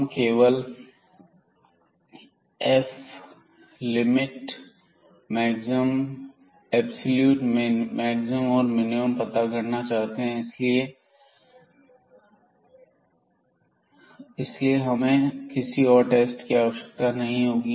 हम केवल apps limit maximum absolute maximum और मिनिमम पता करना चाहते हैं इसलिए हमें और किसी टेस्ट की आवश्यकता नहीं होगी